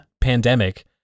pandemic